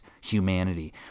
humanity